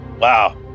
Wow